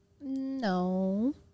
No